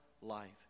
life